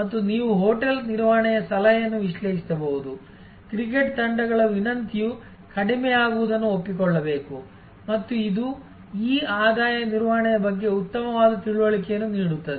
ಮತ್ತು ನೀವು ಹೋಟೆಲ್ ನಿರ್ವಹಣೆಯ ಸಲಹೆಯನ್ನು ವಿಶ್ಲೇಷಿಸಬಹುದು ಕ್ರಿಕೆಟ್ ತಂಡಗಳ ವಿನಂತಿಯು ಕಡಿಮೆಯಾಗುವುದನ್ನು ಒಪ್ಪಿಕೊಳ್ಳಬೇಕು ಮತ್ತು ಇದು ಈ ಆದಾಯ ನಿರ್ವಹಣೆಯ ಬಗ್ಗೆ ಉತ್ತಮವಾದ ತಿಳುವಳಿಕೆಯನ್ನು ನೀಡುತ್ತದೆ